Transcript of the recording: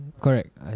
Correct